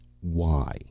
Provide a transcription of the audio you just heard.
why